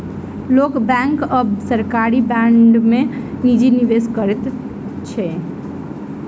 लोक बैंक आ सरकारी बांड में निजी निवेश करैत अछि